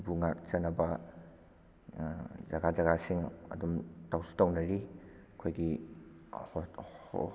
ꯗꯨꯕꯨ ꯉꯥꯛꯆꯅꯕ ꯖꯒꯥ ꯖꯒꯥꯁꯤꯡ ꯑꯗꯨꯝ ꯇꯧꯁꯨ ꯇꯧꯅꯔꯤ ꯑꯩꯈꯣꯏꯒꯤ